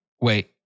wait